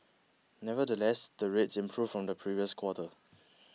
nevertheless the rates improved from the previous quarter